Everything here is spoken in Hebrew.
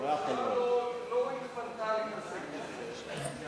הממשלה לא התפנתה להתעסק בזה.